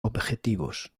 objetivos